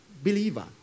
believer